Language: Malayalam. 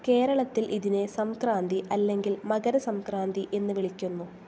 കേരളത്തിൽ ഇതിനെ സംക്രാന്തി അല്ലെങ്കിൽ മകര സംക്രാന്തി എന്ന് വിളിക്കുന്നു